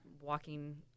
walking –